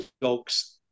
dogs